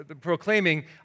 proclaiming